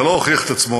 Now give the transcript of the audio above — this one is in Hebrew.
זה לא הוכיח את עצמו,